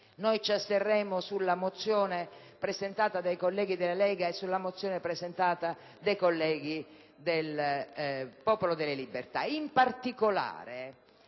votazione della mozione presentata dai colleghi della Lega e della mozione presentata dai colleghi del Popolo della Libertà.